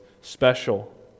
special